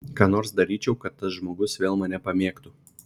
ką nors daryčiau kad tas žmogus vėl mane pamėgtų